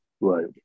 Right